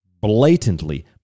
blatantly